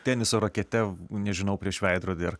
teniso rakete nežinau prieš veidrodį